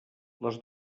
les